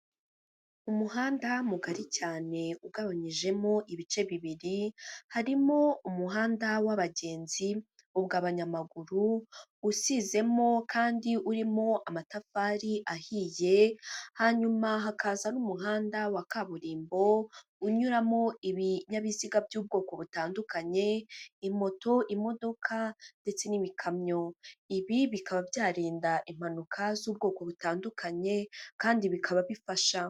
Umuhanda mugari cyane ugabanyijemo ibice bibiri, harimo umuhanda w'abagenzi ugabanyamaguru, usizemo kandi urimo amatafari ahiye hanyuma hakaza n'umuhanda wa kaburimbo unyuramo ibinyabiziga by'ubwoko butandukanye imoto, imodoka ndetse n'ibikamyo, ibi bikaba byarinda impanuka z'ubwoko butandukanye kandi bikaba bifasha.